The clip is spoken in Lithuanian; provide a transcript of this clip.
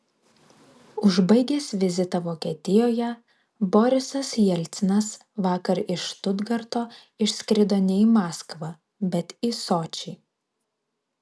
užbaigęs vizitą vokietijoje borisas jelcinas vakar iš štutgarto išskrido ne į maskvą bet į sočį